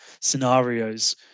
scenarios